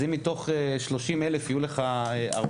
אז אם מתוך 30,000 יהיו לך 400,